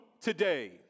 today